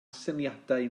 syniadau